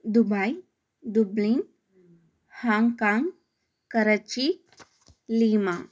Dubai dublin Hong Kong Karachi lima